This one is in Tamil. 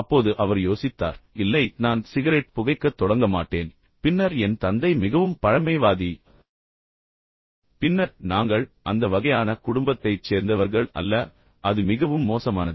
அப்போது அவர் யோசித்தார் இல்லை நான் சிகரெட் புகைக்கத் தொடங்க மாட்டேன் பின்னர் என் தந்தை மிகவும் பழமைவாதி பின்னர் நாங்கள் அந்த வகையான குடும்பத்தைச் சேர்ந்தவர்கள் அல்ல அது மிகவும் மோசமானது